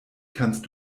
kannst